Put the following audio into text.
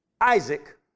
Isaac